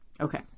okay